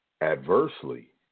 Adversely